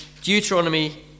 Deuteronomy